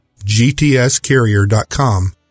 gtscarrier.com